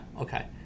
okay